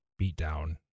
beatdown